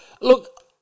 look